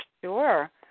Sure